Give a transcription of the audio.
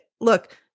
Look